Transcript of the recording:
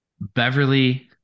Beverly